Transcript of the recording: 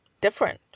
different